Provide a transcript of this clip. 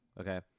okay